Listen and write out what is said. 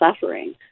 suffering